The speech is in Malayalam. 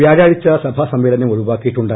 വ്യാഴാഴ്ച സഭാസമ്മേളനം ഒഴിവാക്കിയിട്ടുണ്ട്